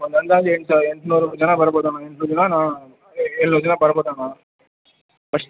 ಒಂದು ಅಂದಾಜು ಎಂಟು ಎಂಟುನೂರು ಜನ ಬರಬೋದು ಎಂಟುನೂರು ಜನರು ಏಳುನೂರು ಜನ ಬರಬೋದು ಅಣ್ಣ ಫಸ್ಟ್